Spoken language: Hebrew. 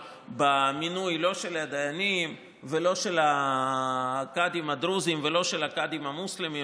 במינוי לא של הדיינים ולא של הקאדים הדרוזים ולא של הקאדים המוסלמים.